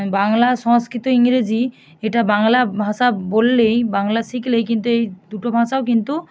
বাংলা সংস্কৃত ইংরেজি এটা বাংলা ভাষা বললেই বাংলা শিখলেই কিন্তু এই দুটো ভাষাও কিন্তু